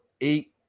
eight